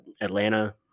Atlanta